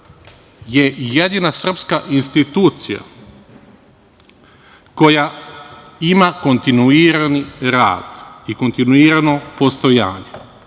je jedina srpska institucija koja ima kontinuirani rad i kontinuirano postojanje,